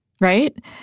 right